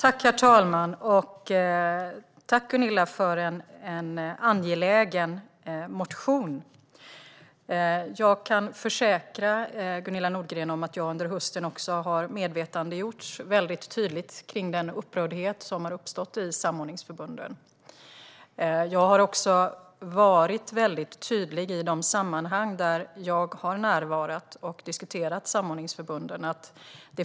Herr talman! Tack, Gunilla, för en angelägen interpellation! Jag kan försäkra Gunilla Nordgren om att jag under hösten väldigt tydligt har medvetandegjorts om den upprördhet som har uppstått i samordningsförbunden. Jag har också varit väldigt tydlig i de sammanhang där jag har närvarat och diskuterat samordningsförbunden.